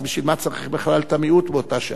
אז בשביל מה צריך בכלל את המיעוט באותה שעה?